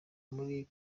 muri